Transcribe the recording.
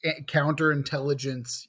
counterintelligence